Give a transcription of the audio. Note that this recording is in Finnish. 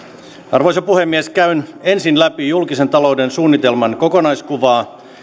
arvoisa puhemies käyn ensin läpi julkisen talouden suunnitelman kokonaiskuvaa